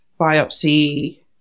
biopsy